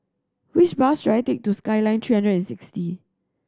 which bus should I take to Skyline sixty